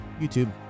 youtube